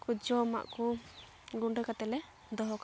ᱡᱚᱢᱟᱜ ᱠᱚ ᱜᱩᱸᱰᱟᱹ ᱠᱟᱛᱮᱞᱮ ᱫᱚᱦᱚ ᱠᱟᱜᱼᱟ